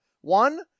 one